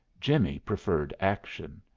jimmie preferred action.